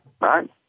Right